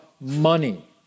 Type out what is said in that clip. money